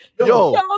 Yo